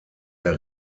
der